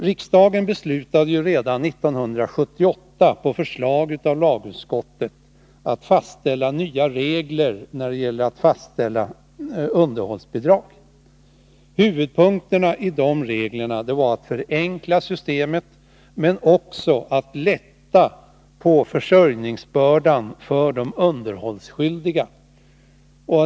Riksdagen beslutade redan 1978 på förslag av lagutskottet om nya regler när det gäller att fastställa underhållsbidrag. Huvudpunkterna i de reglerna var att förenkla systemet men också att lätta på försörjningsbördan för de underhållsskyldiga.